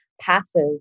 passes